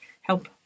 Help